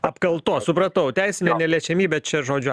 apkaltos supratau teisinę neliečiamybę čia žodžiu